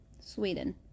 Sweden